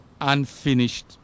unfinished